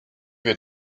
wir